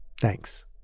Thanks